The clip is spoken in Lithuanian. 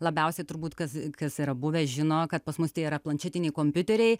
labiausiai turbūt kas kas yra buvę žino kad pas mus tie yra planšetiniai kompiuteriai